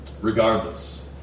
Regardless